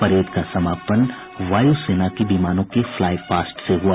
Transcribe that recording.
parade का समापन वायु सेना के विमानों के फ्लाईपास्ट से हुआ